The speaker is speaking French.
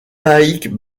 laïcs